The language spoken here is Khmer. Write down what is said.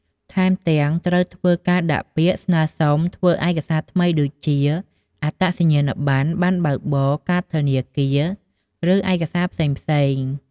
ថែមទាំង ត្រូវធ្វើការដាក់ពាក្យស្នើសុំធ្វើឯកសារថ្មីដូចជា អត្តសញ្ញាណប័ណ្ណ ប័ណ្ណបើកបរ កាតធនាគារ ឬឯកសារផ្សេងៗ។